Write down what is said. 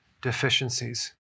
deficiencies